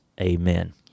Amen